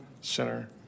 Center